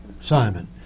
Simon